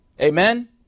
Amen